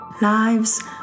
Lives